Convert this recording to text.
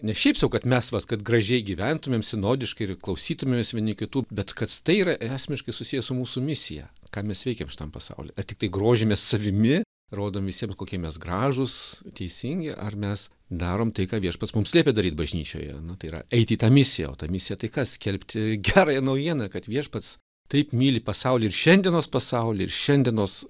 ne šiaip sau kad mes vat kad gražiai gyventumėm sinodiškai ir klausytumės vieni kitų bet kad tai yra esmiškai susijęs su mūsų misija ką mes veikiam šitam pasaulyje ar tiktai grožimės savimi rodom visiems kokie mes gražūs teisingi ar mes darom tai ką viešpats mums liepė daryt bažnyčioje nu tai yra eit į tą misiją o ta misija tai kas skelbti gerąją naujieną kad viešpats taip myli pasaulį ir šiandienos pasaulį ir šiandienos